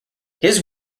his